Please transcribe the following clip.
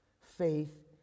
Faith